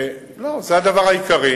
חבר הכנסת פינס,